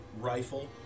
Rifle